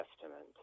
testament